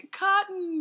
cotton